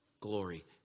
glory